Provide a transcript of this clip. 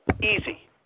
Easy